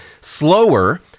slower